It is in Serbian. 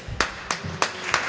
Hvala.